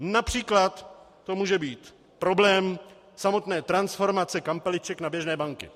Například to může být problém samotné transformace kampeliček na běžné banky.